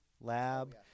lab